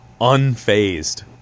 unfazed